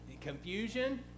Confusion